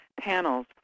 panels